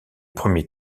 premier